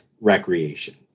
recreation